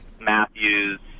Matthews